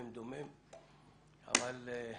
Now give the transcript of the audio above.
אבל שוב,